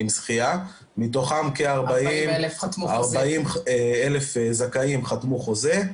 מתוכם כ-40,000 חתמו חוזה,